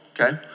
okay